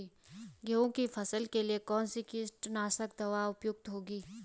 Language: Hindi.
गेहूँ की फसल के लिए कौन सी कीटनाशक दवा उपयुक्त होगी?